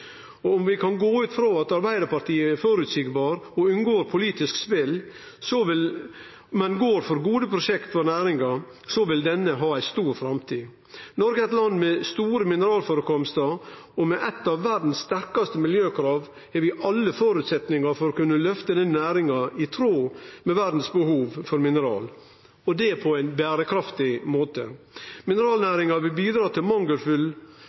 Om vi kan gå ut frå at Arbeidarpartiet er føreseieleg og unngår politisk spel, men går for gode prosjekt for næringa, vil ho ha ei stor framtid. Noreg er eit land med store mineralførekomstar, og med nokre av verdas strengaste miljøkrav har vi alle føresetnader for å kunne løfte denne næringa i tråd med verdas behov for mineral, og det på ein berekraftig måte. Mineralnæringa vil bidra til